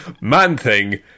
Man-Thing